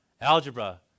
Algebra